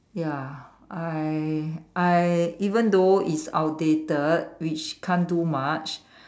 ya I I even though it's outdated which can't do much